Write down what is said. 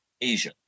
Asia